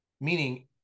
Meaning